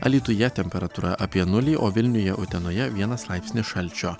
alytuje temperatūra apie nulį o vilniuje utenoje vienas laipsnis šalčio